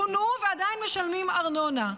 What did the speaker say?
פונו, ועדיין משלמים ארנונה,